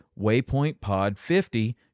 waypointpod50